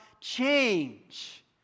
change